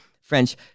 French